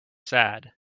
sad